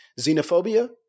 Xenophobia